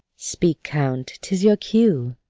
speak, count, tis your cue.